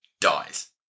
dies